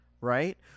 Right